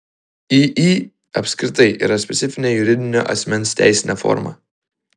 iį apskritai yra specifinė juridinio asmens teisinė forma